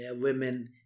women